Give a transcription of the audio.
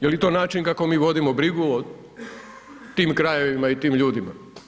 Je li to način kako mi vodimo brigu o tim krajevima i o tim ljudima?